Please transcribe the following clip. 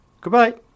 Goodbye